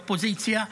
אופוזיציה.